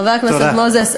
חבר הכנסת מוזס,